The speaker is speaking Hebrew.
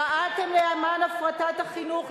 פעלתם למען הפרטת החינוך,